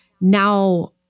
Now